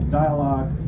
dialogue